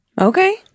Okay